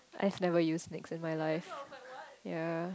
I've never used NYX in my life ya